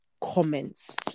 comments